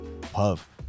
Puff